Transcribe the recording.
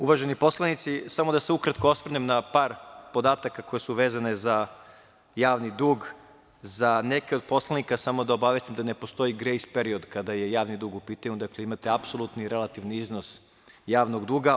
Uvaženi poslanici, samo da se ukratko osvrnem na par podataka koji su vezani za javni dug, za neke od poslanika samo da obavestim da ne postoji grejs-period kada je javni dug u pitanju, dakle imate apsolutni i relativni iznos javnog duga.